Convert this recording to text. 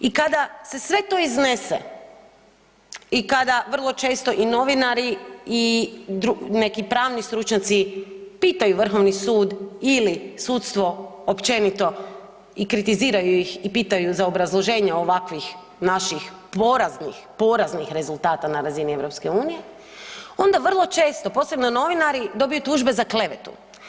I kada se sve to iznese i kada vrlo često i novinari i neki pravni stručnjaci pitanju Vrhovni sud ili sudstvo općenito i kritiziraju ih i pitaju za obrazloženje ovakvih naših poraznih, poraznih rezultata na razini EU, onda vrlo često posebno novinari dobiju tužbe za klevetu.